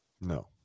No